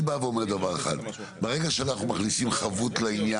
רגע, רגע, רגע.